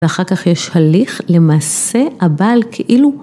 ‫ואחר כך יש הליך למעשה ‫הבעל כאילו.